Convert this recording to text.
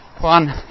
one